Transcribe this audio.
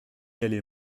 aller